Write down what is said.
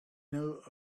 know